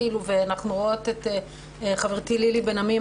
ואנחנו רואות את חברתי לילי בן-עמי,